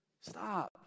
Stop